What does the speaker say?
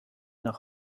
nach